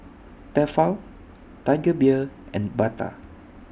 Tefal Tiger Beer and Bata